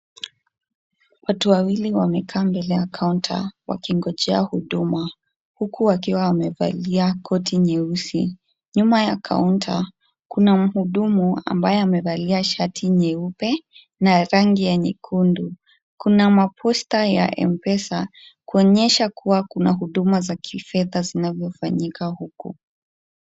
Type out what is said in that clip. Watu wawili wamekaa mbele ya counter wakingojea huduma huku wakiwa wamevalia koti nyeusi. Nyuma ya counter kuna mhudumu ambaye amevalia shati nyeupe na rangi ya nyekundu. Kuna maposta ya mpesa kuonyesha kuwa kuna huduma za kifedha zinazofanyika huku.